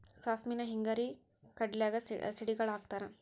ಸಾಸ್ಮಿನ ಹಿಂಗಾರಿ ಕಡ್ಲ್ಯಾಗ ಸಿಡಿಗಾಳ ಹಾಕತಾರ